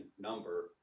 number